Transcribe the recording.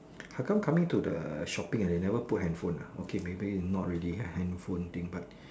how come coming to the shopping ah they never put handphone ah okay maybe not really a handphone thing